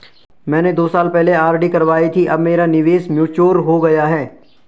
मैंने दो साल पहले आर.डी करवाई थी अब मेरा निवेश मैच्योर हो गया है